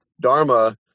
dharma